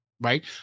right